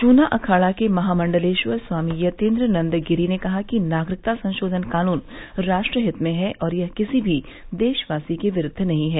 जूना अखाड़ा के महामंडलेश्वर स्वामी यतीन्द्रनंद गिरि ने कहा कि नागरिकता संशोधन कानून राष्ट्र हित में है और यह किसी भी देशवासी के विरूद्व नहीं है